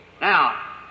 Now